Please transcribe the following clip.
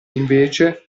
invece